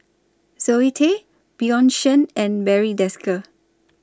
Zoe Tay Bjorn Shen and Barry Desker